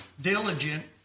diligent